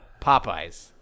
Popeyes